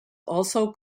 also